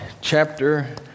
chapter